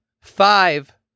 five